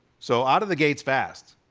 so out of the gates fast.